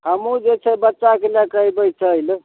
हमहुँ जे छै बच्चाके लएके अइबय चलि